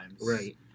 right